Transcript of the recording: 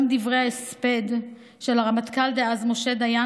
גם דברי ההספד של הרמטכ"ל דאז משה דיין